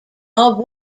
rob